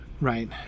Right